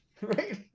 right